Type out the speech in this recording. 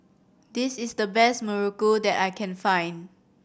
this is the best muruku that I can find